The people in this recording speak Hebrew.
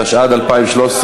התשע"ד 2013,